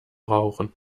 rauchen